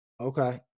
Okay